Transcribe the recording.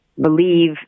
believe